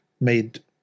made